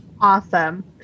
Awesome